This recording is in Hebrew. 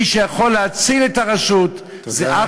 מי שיכול להציל את הרשות זה, תודה.